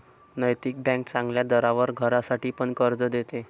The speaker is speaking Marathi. नैतिक बँक चांगल्या दरावर घरासाठी पण कर्ज देते